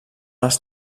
els